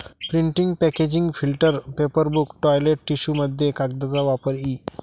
printing packaging filter paper book toilet टिश्यूमध्ये कागदाचा वापर इ